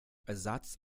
ersatz